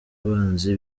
abanzi